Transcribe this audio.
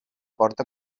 porta